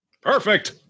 Perfect